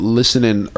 listening